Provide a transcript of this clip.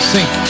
Sink